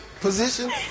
position